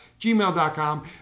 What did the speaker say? gmail.com